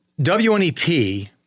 WNEP